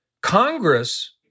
Congress